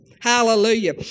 Hallelujah